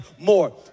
more